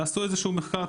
תעשו איזשהו מחקר,